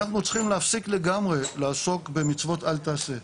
אנחנו צריכים להפסיק לגמרי לעסוק במצוות אל תעשה,